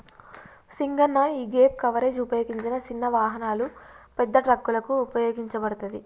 సింగన్న యీగేప్ కవరేజ్ ఉపయోగించిన సిన్న వాహనాలు, పెద్ద ట్రక్కులకు ఉపయోగించబడతది